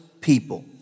people